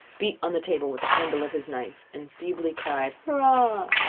beat on the table with the handle of his knife, and feebly cried hurrah!